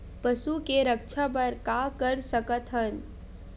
पशु के रक्षा बर का कर सकत हन?